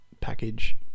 package